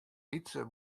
lytse